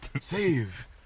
save